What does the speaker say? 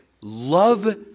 love